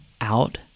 out